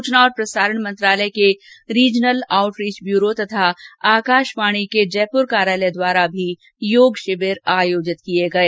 सूचना और प्रसारण मंत्रालय के रीजनल आउटरीच ब्यूरो तथा आकाषवाणी के जयपुर कार्यालय द्वारा भी योग षिविर आयोजित किये गये